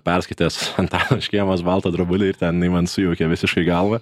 perskaitęs antano škėmos baltą drobulę ir ten jinai man sujaukė visiškai galvą